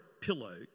pillow